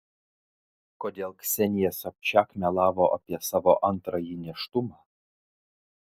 kodėl ksenija sobčiak melavo apie savo antrąjį nėštumą